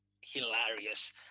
hilarious